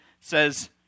says